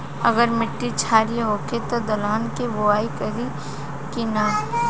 अगर मिट्टी क्षारीय होखे त दलहन के बुआई करी की न?